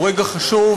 הוא רגע חשוב.